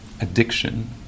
addiction